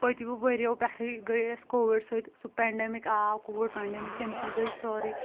پٔتۍمہِ ؤرۍیٕو پٮ۪ٹھٕے گٔے اسۍ کووِڈ سۭتۍ سُہ پینٛڈَمِک آو کووِڈ پینٛڈَمِک تمہِ سۭتۍ گٔے سٲرٕے